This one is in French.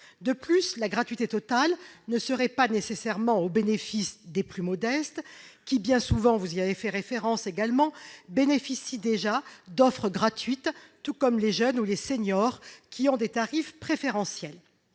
De plus, la gratuité totale ne serait pas nécessairement au bénéfice des plus modestes, qui, bien souvent, on l'a dit, bénéficient déjà d'offres gratuites, tout comme les jeunes ou les seniors disposent de tarifs préférentiels.